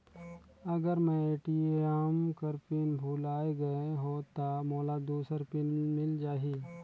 अगर मैं ए.टी.एम कर पिन भुलाये गये हो ता मोला दूसर पिन मिल जाही?